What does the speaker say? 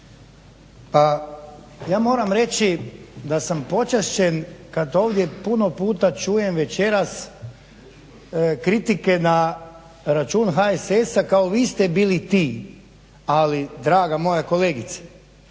ja moram reći da sam počašćen kada ovdje puno puta čujem večeras kritike na račun HSS-a kao vi ste bili ti ali draga moja kolegice,